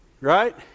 Right